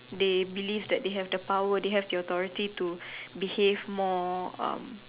they believe that they have the power they have the authority to behave more um